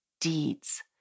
deeds